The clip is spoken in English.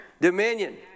dominion